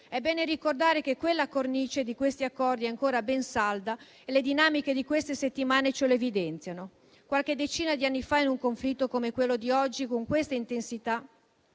È bene ricordare che la cornice di questi accordi è ancora ben salda e le dinamiche di queste settimane lo evidenziano. Qualche decina di anni fa, un conflitto come quello di oggi, con questa intensità,